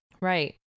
Right